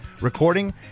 recording